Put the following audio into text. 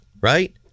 right